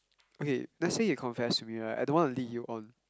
okay let's say you confess to me right I don't want to lead you on